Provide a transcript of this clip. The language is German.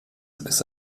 ist